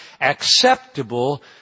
acceptable